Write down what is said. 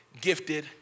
gifted